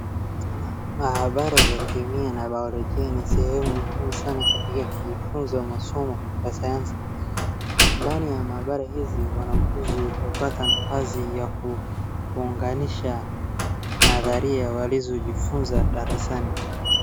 Mahabara za kemia na bayolojia ni sehemu nzuri sana katika kijifunzo ya somo ya sayasi. Ndani ya mahabara hizi wanafunzi hupata nafasi ya kuunganisha nathari waliozifunza darasani.